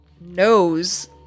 knows